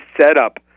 setup